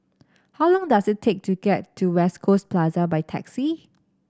how long does it take to get to West Coast Plaza by taxi